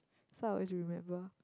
so I always remember